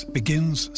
begins